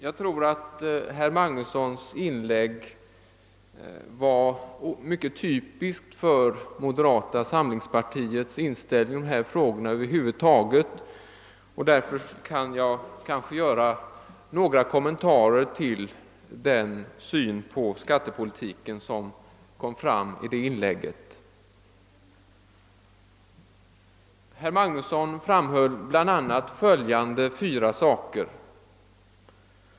Jag tror att herr Magnussons anförande var typiskt för moderata samlingspartiets inställning i dessa frågor över huvud taget, och det är därför jag vill göra några kommentarer till den syn på skattepolitiken som kom fram i det. Herr Magnusson tog upp fyra saker.